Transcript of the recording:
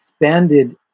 expanded